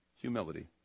humility